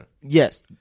Yes